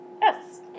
Yes